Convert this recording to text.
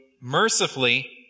mercifully